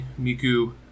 Miku